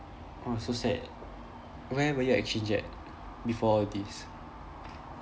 oh so sad where were you exchange at before this